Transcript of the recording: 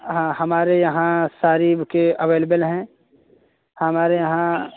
हाँ हमारे यहाँ सारी बुके अवलेबल हैं हमारे यहाँ